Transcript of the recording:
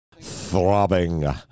throbbing